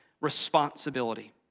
responsibility